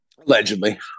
allegedly